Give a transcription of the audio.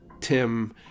Tim